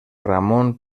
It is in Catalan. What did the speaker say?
ramon